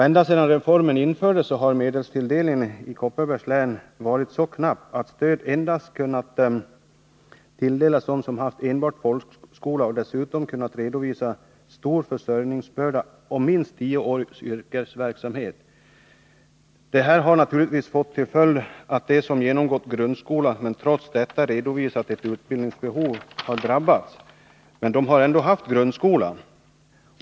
Alltsedan reformen genomfördes har medelstilldelningen i Kopparbergs län varit så knapp att stöd endast kunnat tilldelas dem som har enbart folkskola och som dessutom kunnat redovisa att de har en stor försörjningsbörda samt minst tio års yrkesverksamhet. Detta har naturligtvis fått till följd att de som genomgått grundskola men trots detta redovisat ett utbildningsbehov har drabbats.